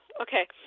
Okay